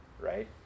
right